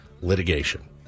litigation